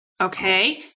Okay